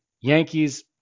Yankees